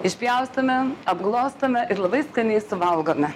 išpjaustome apglostome ir labai skaniai suvalgome